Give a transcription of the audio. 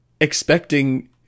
expecting